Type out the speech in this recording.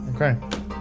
Okay